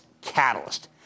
catalyst